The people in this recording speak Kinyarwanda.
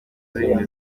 polisi